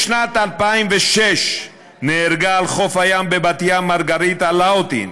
בשנת 2006 נהרגה על חוף הים בבת-ים מרגריטה לאוטין.